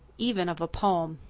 even of a poem.